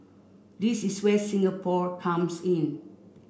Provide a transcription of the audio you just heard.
this is where Singapore comes in